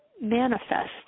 manifest